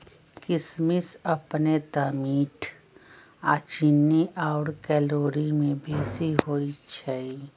किशमिश अपने तऽ मीठ आऽ चीन्नी आउर कैलोरी में बेशी होइ छइ